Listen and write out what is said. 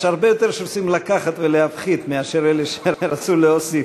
יש הרבה יותר שרוצים לקחת ולהפחית מאשר אלה שרצו להוסיף.